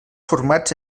formants